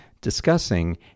discussing